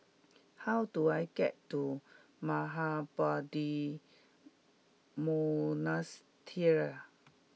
how do I get to Mahabodhi Monastery